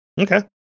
Okay